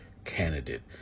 Candidate